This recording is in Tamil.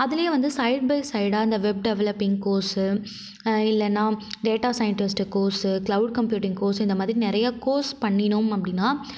அதிலே வந்து சைட் பை சைடாக இந்த வெப் டெவலப்பிங்க் கோர்ஸு இல்லைனா data scientist course cloud computing course இந்த மாதிரி நிறைய கோர்ஸ் பண்ணினோம் அப்படினா